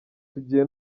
tugiye